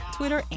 Twitter